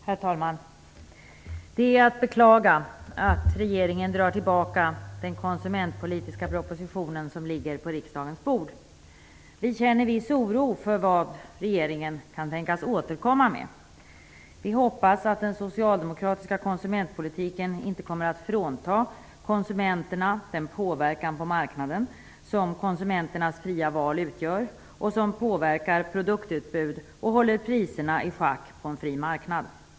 Herr talman! Det är att beklaga att regeringen drar tillbaka den konsumentpolitiska propositionen som ligger på riksdagens bord. Vi känner viss oro inför vad regeringen kan tänkas återkomma med. Vi hoppas att den socialdemokratiska konsumentpolitiken inte kommer att frånta konsumenterna den påverkan på marknaden som konsumenternas fria val utgör och som påverkar produktutbud och håller priserna i schack på en fri marknad.